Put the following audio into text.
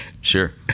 Sure